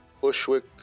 Bushwick